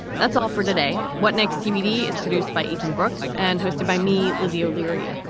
that's all for today. what next? tbd is produced by ethan brooks and hosted by me, lizzie o'leary.